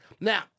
Now